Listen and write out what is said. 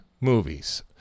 movies